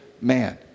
man